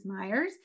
Myers